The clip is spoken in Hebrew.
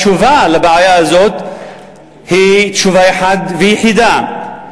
התשובה לבעיה הזאת היא תשובה אחת ויחידה,